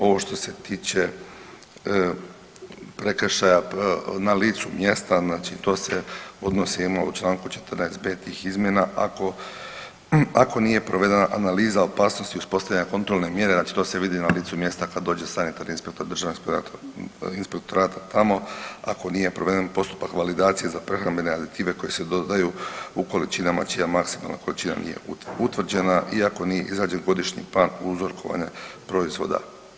Ovo što se tiče prekršaja na licu mjesta, znači to se odnosi na čl. 14. b tih izmjena ako nije provedena analiza opasnosti uspostavljanja kontrolne mjere, znači to se vidi na licu mjesta kad dođe sanitarni inspektor, Državni inspektorat tamo, ako nije poveden postupak validacije za prehrambene aditive koji se dodaju u količinama čija maksimalna količina nije utvrđena i ako nije izrađen godišnji plan … proizvoda.